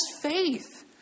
faith